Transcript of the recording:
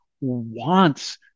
wants